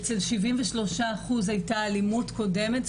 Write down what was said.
אצל 73% הייתה אלימות קודמת,